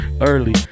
early